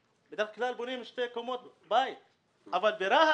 בדרך כלל בונים בית עם שתי קומות אבל ברהט,